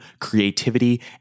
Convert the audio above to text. creativity